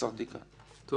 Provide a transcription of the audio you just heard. תודה.